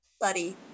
buddy